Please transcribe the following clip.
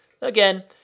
again